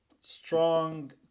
strong